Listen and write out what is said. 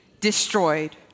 destroyed